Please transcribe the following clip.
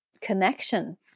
connection